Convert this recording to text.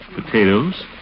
Potatoes